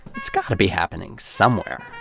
it's gotta be happening somewhere.